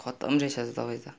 खत्तम रहेछ हजुर तपाईँ त